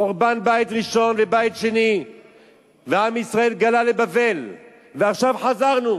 חורבן בית ראשון ובית שני ועם ישראל גלה לבבל ועכשיו חזרנו,